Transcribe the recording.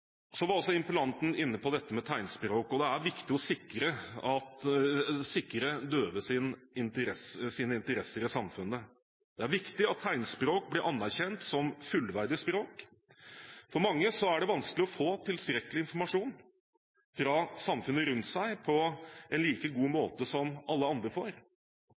Så var også interpellanten inne på tegnspråk. Det er viktig å sikre døves interesser i samfunnet. Det er viktig at tegnspråk blir anerkjent som fullverdig språk. For mange er det vanskelig å få tilstrekkelig informasjon fra samfunnet rundt seg på en like god måte som alle andre får.